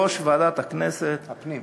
זה מתואם עם יושבת-ראש ועדת הכנסת הפנים.